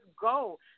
go